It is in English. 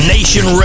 Nation